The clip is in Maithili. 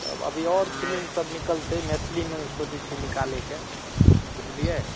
तब अभी आओर फिल्मसभ निकलतै मैथिलीमे सोचैत छियै निकालैके बुझलियै